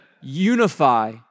unify